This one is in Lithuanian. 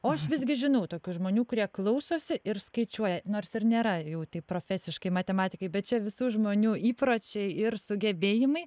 o aš visgi žinau tokių žmonių kurie klausosi ir skaičiuoja nors ir nėra jau taip profesiškai matematikai bet čia visų žmonių įpročiai ir sugebėjimai